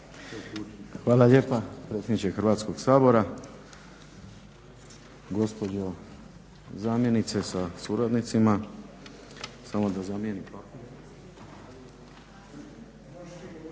Hvala lijepa predsjedniče Hrvatskog sabora, gospođo zamjenice sa suradnicima.